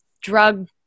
drug